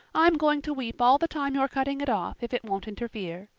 i'm going to weep all the time you're cutting it off, if it won't interfere.